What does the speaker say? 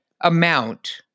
amount